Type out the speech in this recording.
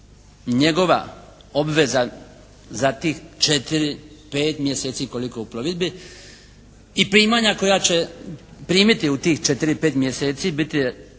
njegova obveza za tih 4, 5 mjeseci koliko je u plovidbi i primanja koja će primiti u tih 4-5 mjeseci biti